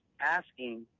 asking